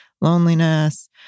loneliness